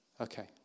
Okay